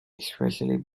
especially